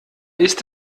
ist